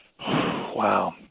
Wow